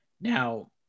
Now